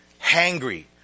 hangry